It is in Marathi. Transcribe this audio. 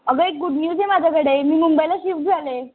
अगं एक गुड न्युज आहे माझ्याकडे मी मुंबईला शिफ्ट झाले